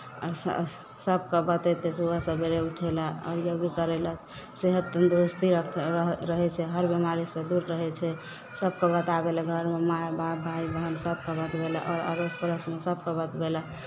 आओर सभ सभकेँ बतयतै सुबह सवेरे उठय लेल आओर योगी करय लेल सेहत तन्दुरुस्ती रखै रहै रहै छै हर बेमारीसँ दूर रहै छै सभकेँ बता दै लए घरमे माय बाप भाय बहिन सभकेँ बतबै लए अओर अड़ोस पड़ोसमे सभकेँ बतबै लए जे